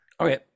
Okay